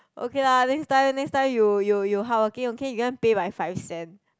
okay lah next time next time you you hardworking okay you want pay by five cent